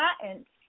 patents